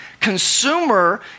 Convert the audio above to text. Consumer